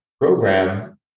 program